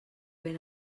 ben